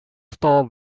store